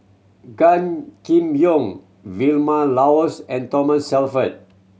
Gan Kim Yong Vilma Laus and Thomas Shelford